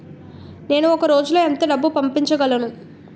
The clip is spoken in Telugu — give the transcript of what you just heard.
నేను ఒక రోజులో ఎంత డబ్బు పంపించగలను?